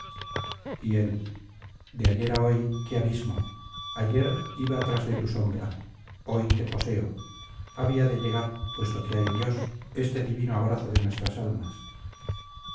y él de ayer a hoy qué abismo ayer iba tras de tu sombra hoy te poseo había de llegar puesto que hay dios este divino abrazo de nuestras almas